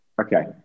Okay